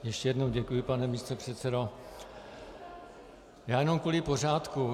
Ještě jednou děkuji, pane místopředsedo, já jenom kvůli pořádku.